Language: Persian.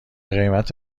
قیمت